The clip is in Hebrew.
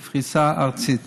בפריסה ארצית.